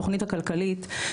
התוכנית הכלכלית,